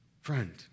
friend